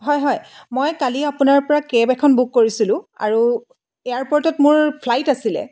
হয় হয় মই কালি আপোনাৰ পৰা কেব এখন বুক কৰিছিলো আৰু এয়াৰপৰ্টত মোৰ ফ্লাইট আছিলে